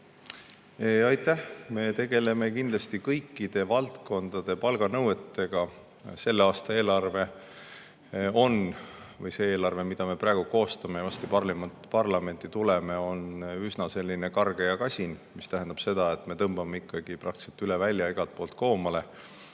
Aitäh! Me tegeleme kindlasti kõikide valdkondade palganõuetega. See eelarve, mida me praegu koostame ja millega varsti parlamenti tuleme, on üsna selline karge ja kasin, mis tähendab seda, et me tõmbame ikkagi praktiliselt üle välja igalt poolt koomale.